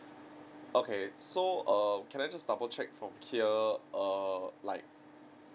okay so um can I just double check from here err like